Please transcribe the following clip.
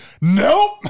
nope